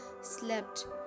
slept